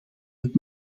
het